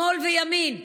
שמאל וימין,